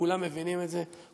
כולם מבינים את זה,